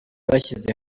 bashyize